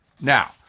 Now